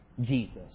Jesus